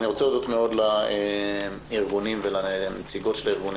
אני רוצה להודות מאוד לארגונים ולנציגות של הארגונים.